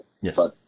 Yes